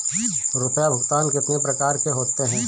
रुपया भुगतान कितनी प्रकार के होते हैं?